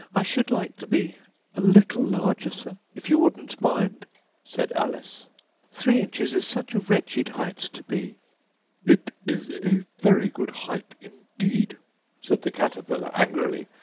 i should like to be a little larger, sir, if you wouldn't mind said alice three inches is such a wretched height to be it is a very good height indeed said the caterpillar angrily,